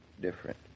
different